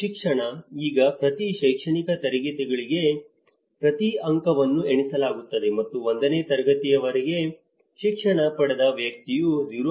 ಶಿಕ್ಷಣ ಈಗ ಪ್ರತಿ ಶೈಕ್ಷಣಿಕ ತರಗತಿಗೆ ಪ್ರತಿ ಅಂಕವನ್ನು ಎಣಿಸಲಾಗುತ್ತದೆ ಮತ್ತು 1 ನೇ ತರಗತಿಯವರೆಗೆ ಶಿಕ್ಷಣ ಪಡೆದ ವ್ಯಕ್ತಿಯು 0